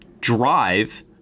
Drive